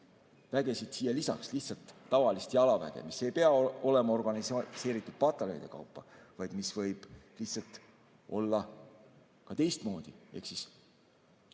siia lisaks, lihtsalt tavalist jalaväge, mis ei pea olema organiseeritud pataljonide kaupa, vaid mis võib olla ka teistmoodi